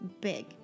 big